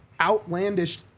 outlandish